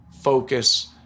focus